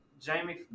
Jamie